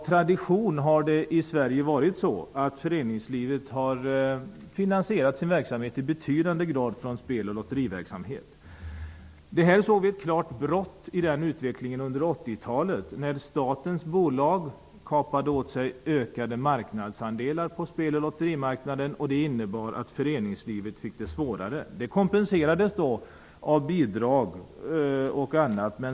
Traditionellt sett har föreningslivet i Sverige finansierat sin verksamhet i betydande grad med hjälp av spel och lotteriverksamhet. Vi kunde se ett klart brott i den utvecklingen under 80-talet när statens bolag kapade åt sig ökade marknadsandelar på spel och lotterimarknaden. Det innebar att föreningslivet fick det svårare. Detta kompenserades med bidrag.